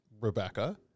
Rebecca